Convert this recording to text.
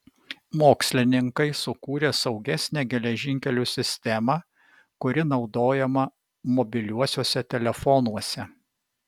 mokslininkai sukūrė saugesnę geležinkelių sistemą kuri naudojama mobiliuosiuose telefonuose